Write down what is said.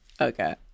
okay